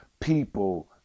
People